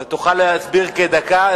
תוכל להסביר כדקה.